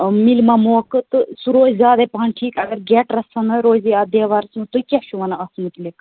مِلہِ ما موقعہٕ تہٕ سُو روزِ زیادےٛ پَہن ٹھیٖک اگر گیٹہٕ رَژھہنا روزِ یَتھ دیٚوارس منٛز تُہۍ کیاہ چھِو ونان اتھ مُتعلِق